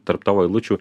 tarp tavo eilučių